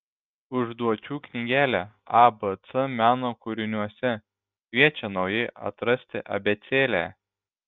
užduočių knygelė abc meno kūriniuose kviečia naujai atrasti abėcėlę